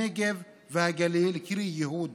הנגב והגליל, קרי ייהוד